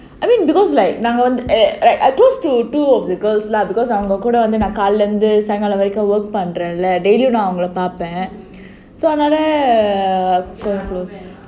I mean because like நாங்க வந்து:nanga vandhu eh like I close to two of the girls lah because அவங்க கூட வந்து காலைல இருந்து சாயங்காலம் வரைக்கும்:avanga kooda vandhu kaalailae irunthu saayangaalaam varaikkum work பண்றேன்:panraen leh close